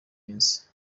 prince